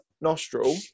nostril